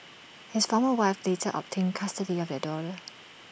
his former wife later obtained custody of their daughter